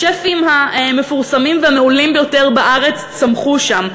השפים המפורסמים והמעולים ביותר בארץ צמחו שם.